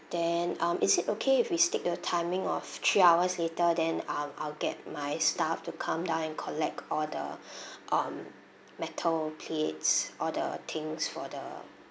then um is it okay if we stick the timing of three hours later then um I'll get my staff to come down and collect all the um metal plates all the things for the